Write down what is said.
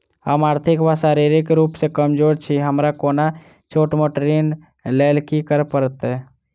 हम आर्थिक व शारीरिक रूप सँ कमजोर छी हमरा कोनों छोट मोट ऋण लैल की करै पड़तै?